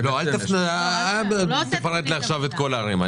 אל תפרט עכשיו את כל הערים.